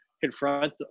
confront